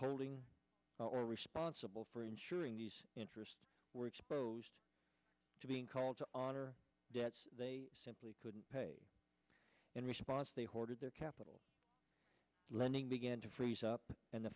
holding all responsible for ensuring these interests were exposed to being called on or they simply couldn't pay in response they hoarded their capital lending began to freeze up and the